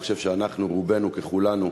אני חושב שאנחנו, רובנו ככולנו,